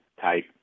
type